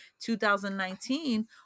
2019